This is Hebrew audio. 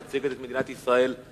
באה לייצג את מדינת ישראל במרוקו.